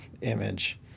image